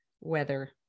weather